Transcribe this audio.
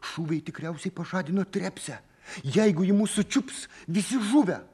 šūviai tikriausiai pažadino trepsę jeigu ji mus sučiups visi žuvę